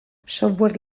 software